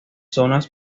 zonas